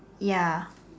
ya